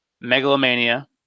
megalomania